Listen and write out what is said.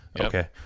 Okay